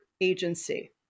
Agency